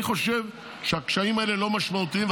אני חושב שהקשיים האלה לא משמעותיים,